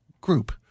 group